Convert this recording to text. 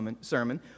sermon